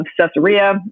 Caesarea